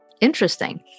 interesting